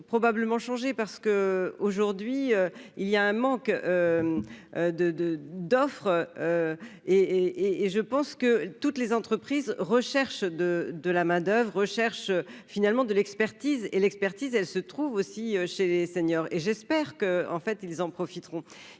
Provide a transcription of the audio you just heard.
probablement changé parce que, aujourd'hui, il y a un manque de de d'offres et et je pense que toutes les entreprises recherchent de de la main d'oeuvre recherche finalement de l'expertise et l'expertise, elle se trouve aussi chez les seniors et j'espère que, en fait, ils en profiteront,